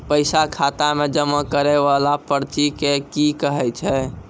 पैसा खाता मे जमा करैय वाला पर्ची के की कहेय छै?